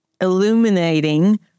illuminating